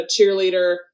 cheerleader